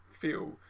feel